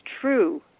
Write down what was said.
true